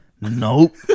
Nope